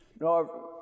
no